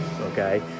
Okay